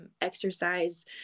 exercise